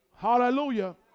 Hallelujah